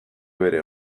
bere